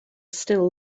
still